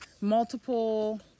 multiple